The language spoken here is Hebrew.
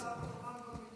אין שר תורן במליאה.